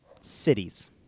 cities